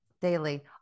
daily